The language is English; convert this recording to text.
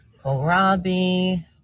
kohlrabi